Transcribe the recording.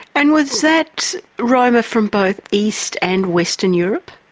and was that roma from both east and western europe?